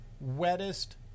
wettest